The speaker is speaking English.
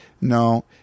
no